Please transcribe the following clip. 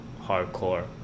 hardcore